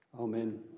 Amen